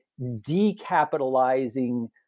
decapitalizing